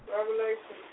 Revelation